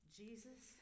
jesus